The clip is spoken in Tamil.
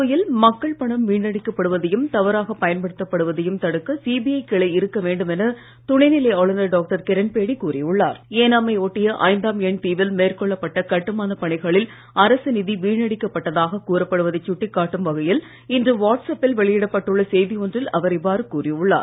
புதுவையில் மக்கள் பணம் வீணடிக்கப்படுவதையும் தவறாகப் பயன்படுத்தப் படுவதையும் தடுக்க சிபிஜ கிளை இருக்க வேண்டும் என துணைநிலை ஆளுநர் டாக்டர் கிரண்பேடி கூறியுள்ளார் ஏனாமை ஒட்டிய ஐந்தாம் எண் தீவில் மேற்கொள்ளப்பட்ட கட்டுமானப் பணிகளில் அரசு நிதி வீணடிக்கப்பட்டதாக கூறப்படுவதைச் சுட்டிக்காட்டும் வகையில் இன்று வாட்ஸ்அப்பில் வெளியிட்டுள்ள செய்தி ஒன்றில் அவர் இவ்வாறு கூறியுள்ளார்